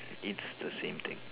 it's the same thing